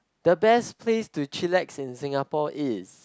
the best place to chillax in Singapore is